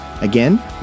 Again